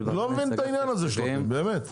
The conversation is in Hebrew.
לא מבין את העניין הזה שלכם, באמת.